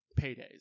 paydays